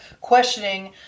questioning